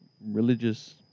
Religious